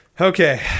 Okay